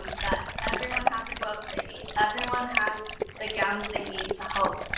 um that everyone has the gloves they need. everyone has the gowns they need to help.